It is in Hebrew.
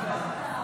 בקפידה.